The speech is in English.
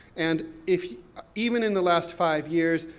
and if, even in the last five years,